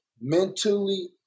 mentally